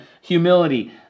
humility